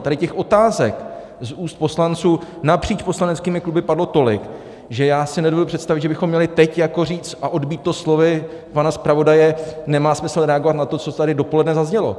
Tady těch otázek z úst poslanců napříč poslaneckými kluby padlo tolik, že já si nedovedu představit, že bychom měli teď říct a odbýt to slovy pana zpravodaje, nemá smysl reagovat na to, co tady dopoledne zaznělo.